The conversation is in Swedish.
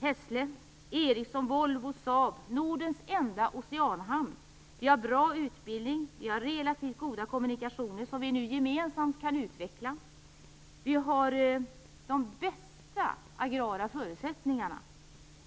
Hässle, Ericsson, Volvo, Saab, Nordens enda oceanhamn, bra utbildning och relativt goda kommunikationer som vi nu gemensamt kan utveckla. Vi har vidare de bästa agrara förutsättningarna.